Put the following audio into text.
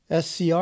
SCR